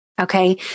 Okay